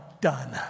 done